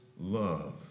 love